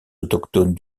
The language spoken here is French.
autochtones